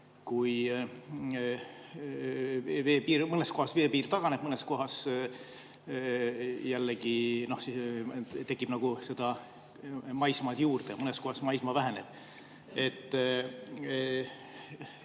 Kui mõnes kohas veepiir taganeb, mõnes kohas jällegi tekib maismaad juurde, mõnes kohas maismaa väheneb.